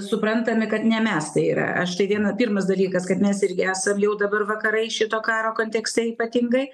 suprantami kad ne mes tai yra aš tai viena pirmas dalykas kad mes irgi esam jau dabar vakarai šito karo kontekste ypatingai